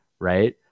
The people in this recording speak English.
right